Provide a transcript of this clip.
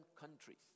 countries